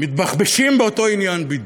מתבחבשים באותו עניין בדיוק.